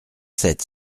sept